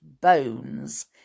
bones